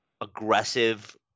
aggressive